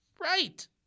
Right